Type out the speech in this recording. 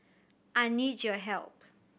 I need your help